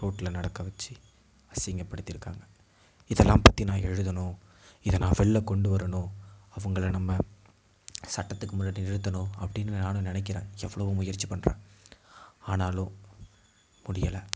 ரோட்டில் நடக்க வெச்சு அசிங்கப்படுத்தியிருக்காங்க இதெல்லாம் பற்றி நான் எழுதணும் இதை நான் வெளியில் கொண்டு வரணும் அவங்கள நம்ம சட்டத்துக்கு முன்னாடி நிறுத்தணும் அப்படின்னு நானும் நினைக்கிறேன் எவ்வளவோ முயற்சி பண்றேன் ஆனாலும் முடியலை